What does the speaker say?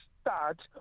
start